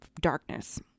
darkness